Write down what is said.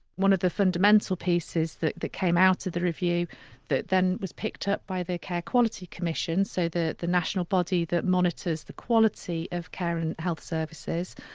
one of the fundamental pieces that that came out of the review that then was picked up by the care quality commission, so the the national body that monitors the quality of care and health services,